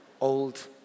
old